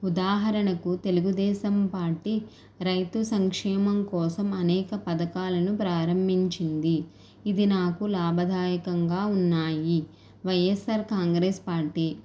ఉదాహరణకు తెలుగుదేశం పార్టీ రైతు సంక్షేమం కోసం అనేక పథకాలను ప్రారంభించింది ఇది నాకు లాభదాయకంగా ఉన్నాయి వైఎస్ఆర్ కాంగ్రెస్ పార్టీ